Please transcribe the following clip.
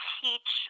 teach